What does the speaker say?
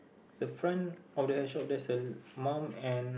the front of the shop there is a mum and